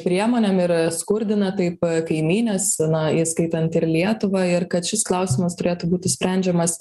priemonėm ir skurdina taip kaimynes na įskaitant ir lietuvą ir kad šis klausimas turėtų būti sprendžiamas